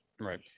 Right